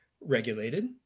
regulated